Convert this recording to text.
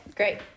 great